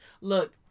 look